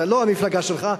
זה לא המפלגה שלך,